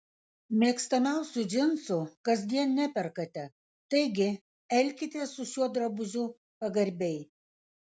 mėgstamiausių džinsų kasdien neperkate taigi elkitės su šiuo drabužiu pagarbiai